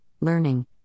learning